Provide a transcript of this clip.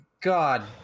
God